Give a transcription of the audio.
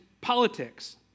politics